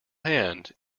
hand